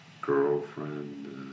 girlfriend